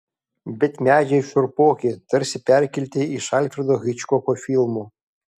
bet medžiai šiurpoki tarsi perkelti iš alfredo hičkoko filmų